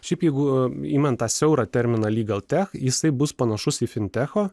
šiaip jeigu imant tą siaurą terminą lygltech jisai bus panašus į fintecho